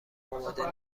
آماده